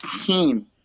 team